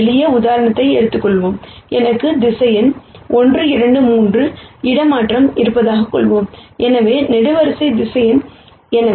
மிக எளிய உதாரணத்தை எடுத்துக்கொள்வோம் எனக்கு வெக்டார் 1 2 3 இடமாற்றம் இருப்பதாகக் கூறுவோம் எனவே காலம் வெக்டார்